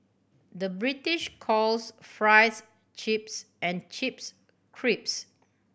the British calls fries chips and chips crips